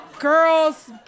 Girls